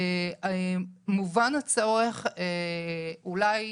מובן הצורך אולי